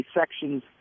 sections